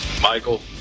Michael